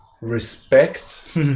respect